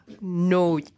No